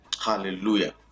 Hallelujah